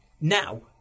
Now